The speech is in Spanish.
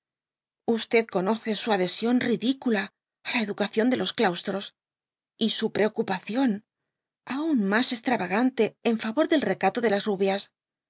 irremediable conoce su adhesión ridicula á la educación de los daustros y su preocupación aun mas estravagante en favor del recato de las rubias